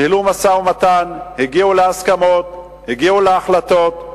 ניהלו משא-ומתן, הגיעו להסכמות, הגיעו להחלטות,